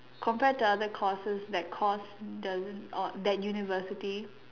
compare to other courses that cost the or that university